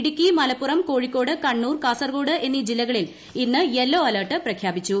ഇടുക്കി മലപ്പുറം കോഴിക്കോട് ക്കണ്ണൂർ കാസർകോട് എന്നീ ജില്ലകളിൽ ഇന്ന് യെല്ലോ അലർട്ട് പ്രഖ്യാപിച്ചു